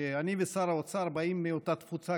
שאני ושר האוצר באים מאותה תפוצה,